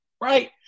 right